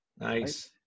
Nice